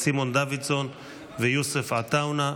סימון דוידסון ולחבר הכנסת יוסף עטאונה.